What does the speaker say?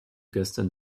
gestern